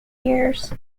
years